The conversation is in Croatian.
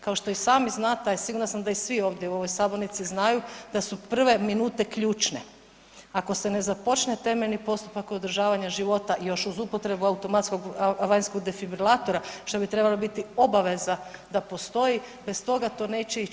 Kao što i sami znate, a i sigurna sam da i svi ovdje u ovoj sabornici znaju da su prve minute ključne, ako se ne započne temeljni postupak održavanja života još uz upotrebu automatskog vanjskog defibrilatora što bi trebala biti obaveza da postoji bez toga to neće ići.